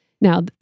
now